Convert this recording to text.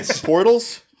Portals